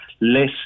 less